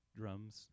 drums